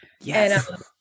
Yes